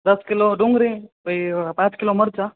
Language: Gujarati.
દસ કિલો ડુંગરી પછી પાંચ કિલો મરચાં